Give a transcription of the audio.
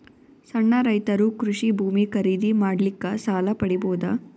ಸಣ್ಣ ರೈತರು ಕೃಷಿ ಭೂಮಿ ಖರೀದಿ ಮಾಡ್ಲಿಕ್ಕ ಸಾಲ ಪಡಿಬೋದ?